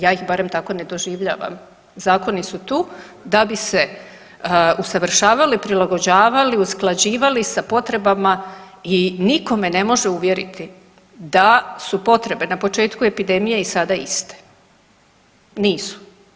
Ja ih barem tako ne doživljavam, zakoni su tu da bi se usavršavali, prilagođavali, usklađivali sa potrebama i nitko me ne može uvjeriti da su potrebe na početku epidemije i sada iste, nisu.